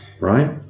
right